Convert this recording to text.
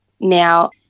now